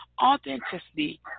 authenticity